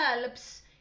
helps